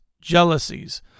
Jealousies